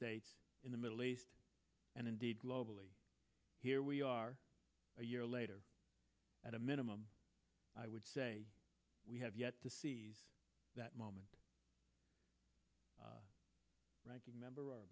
states in the middle east and indeed globally here we are a year later at a minimum i would say we have yet to see that moment the ranking member